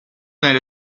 nelle